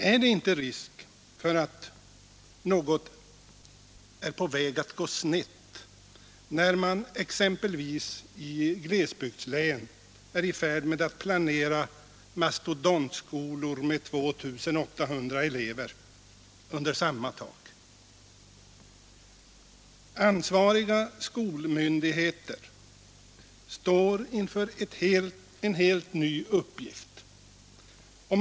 Är det inte risk för att något är på väg att gå snett när man exempelvis i glesbygdslän är i färd med att planera mastodontskolor med 2 800 elever under samma tak. Ansvariga skolmyndigheter står inför en helt ny uppgift.